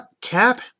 Cap